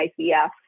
ICF